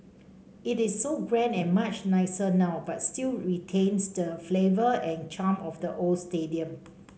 it is so grand and much nicer now but still retains the flavour and charm of the old stadium